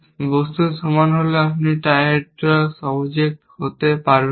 বস্তুর সমান হলেও আপনি ট্রাইহেড্রাল অবজেক্ট হতে পারবেন না